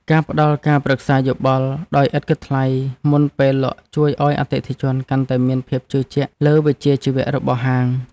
ការផ្តល់ការប្រឹក្សាយោបល់ដោយឥតគិតថ្លៃមុនពេលលក់ជួយឱ្យអតិថិជនកាន់តែមានភាពជឿជាក់លើវិជ្ជាជីវៈរបស់ហាង។